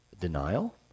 denial